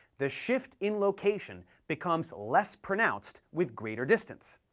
the shift in location becomes less pronounced with greater distance.